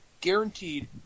guaranteed